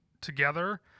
together